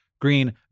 green